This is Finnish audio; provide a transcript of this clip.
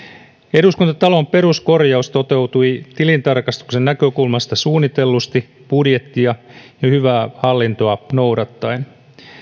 eduskuntatalon peruskorjaus toteutui tilintarkastuksen näkökulmasta suunnitellusti budjettia ja hyvää hallintoa noudattaen